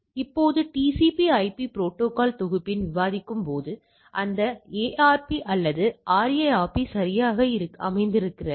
இப்போது TCP IP protocol தொகுப்பில் விவாதிக்கும்போது இந்த ARP அல்லது RARP சரியாக அமர்ந்திருக்கிறது